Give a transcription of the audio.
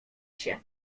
się